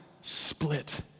split